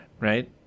right